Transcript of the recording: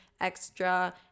extra